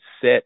set